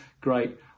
great